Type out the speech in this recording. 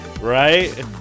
Right